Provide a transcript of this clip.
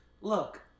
Look